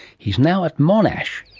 he is now at monash,